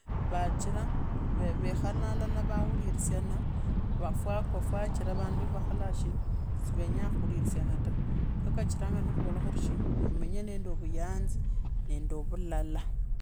Vaachra vee khala hala vaawuvirisyana vaa fwa kwa faachira vandu vakhola shina sivenyaa khuosyana ta kho niko kachirange nikhuvola khuri khumenye nende ovuyanzi nende vulala.